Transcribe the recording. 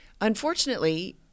Unfortunately—